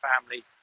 family